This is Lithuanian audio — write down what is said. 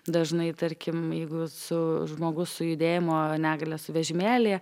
dažnai tarkim jeigu su žmogus su judėjimo negalia su vežimėlyje